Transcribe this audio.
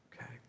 Okay